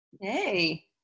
Hey